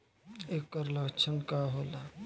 ऐकर लक्षण का होला?